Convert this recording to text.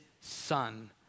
son